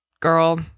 Girl